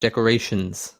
decorations